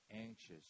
anxious